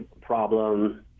problem